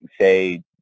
say